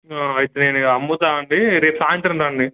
అయితే నేను అమ్ముతా అండి రేపు సాయంత్రం రండి